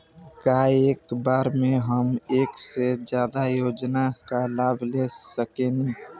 का एक बार में हम एक से ज्यादा योजना का लाभ ले सकेनी?